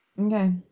Okay